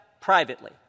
privately